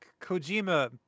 Kojima